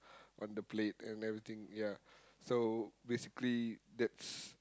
on the plate and everything ya so basically that's